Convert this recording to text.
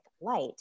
light